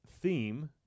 theme